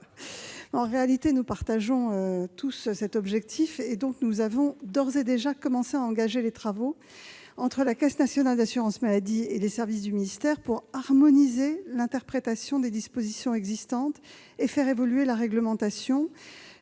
En réalité, nous partageons tous l'objectif des auteurs de cet amendement. Nous avons donc d'ores et déjà engagé les travaux entre la Caisse nationale d'assurance maladie et les services du ministère afin d'harmoniser l'interprétation des dispositions existantes et de faire évoluer la réglementation.